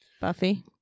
Buffy